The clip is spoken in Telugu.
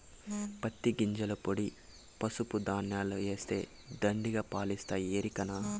పత్తి గింజల పొడి పసుపు దాణాల ఏస్తే దండిగా పాలిస్తాయి ఎరికనా